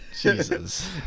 Jesus